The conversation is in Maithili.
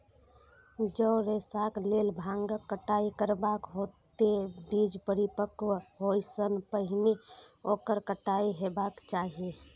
जौं रेशाक लेल भांगक कटाइ करबाक हो, ते बीज परिपक्व होइ सं पहिने ओकर कटाइ हेबाक चाही